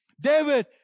David